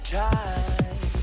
time